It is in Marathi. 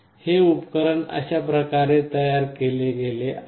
हे उपकरण अशा प्रकारे तयार केले गेले आहे